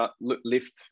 lift